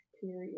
period